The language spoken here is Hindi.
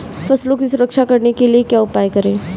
फसलों की सुरक्षा करने के लिए क्या उपाय करें?